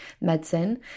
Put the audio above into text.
medicine